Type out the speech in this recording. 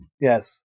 Yes